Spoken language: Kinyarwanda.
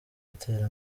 atera